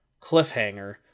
cliffhanger